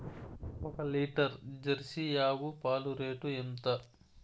ఒక litre Jersey ఆవు పాలు రేటు ఎంత?